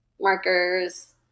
markers